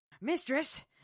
Mistress